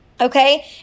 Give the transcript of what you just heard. Okay